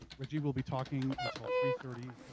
rajiv will be talking until three thirty,